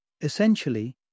Essentially